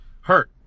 hurt